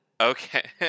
Okay